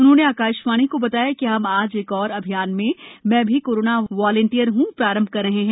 उन्होंने आकाशवाणी को बताया कि हम आज एक और अभियान मैं भी कोरोना वालंटियर हूं प्रारंभ कर रहे हैं